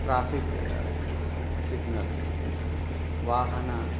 traffic signal इत्युक्ते वाहनं